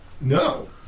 No